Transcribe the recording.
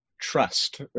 Trust